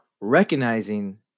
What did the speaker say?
recognizing